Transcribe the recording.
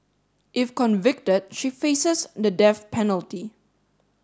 if convicted she faces the death penalty